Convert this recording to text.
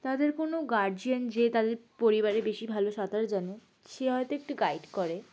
তাদের কোনো গার্জিয়ান যে তাদের পরিবারে বেশি ভালো সাঁতার জানে সে হয়তো একটু গাইড করে